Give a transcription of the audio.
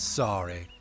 sorry